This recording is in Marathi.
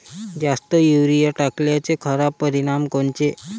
जास्त युरीया टाकल्याचे खराब परिनाम कोनचे?